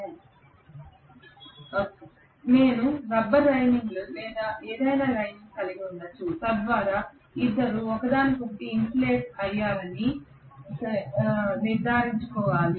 కాబట్టి నేను రబ్బరు లైనింగ్ లేదా ఏదైనా కలిగి ఉండవచ్చు తద్వారా ఇద్దరూ ఒకదానికొకటి ఇన్సులేట్ అయ్యారని నిర్ధారించుకోవాలి